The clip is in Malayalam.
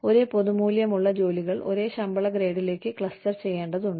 ഒരേ പൊതു മൂല്യമുള്ള ജോലികൾ ഒരേ ശമ്പള ഗ്രേഡിലേക്ക് ക്ലസ്റ്റർ ചെയ്യേണ്ടതുണ്ട്